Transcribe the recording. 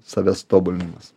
savęs tobulinimas